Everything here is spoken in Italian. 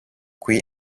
qui